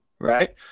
right